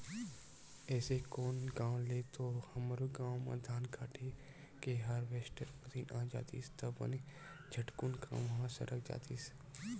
एसो कोन गाँव ले तो हमरो गाँव म धान काटे के हारवेस्टर मसीन आ जातिस त बने झटकुन काम ह सरक जातिस